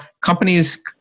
companies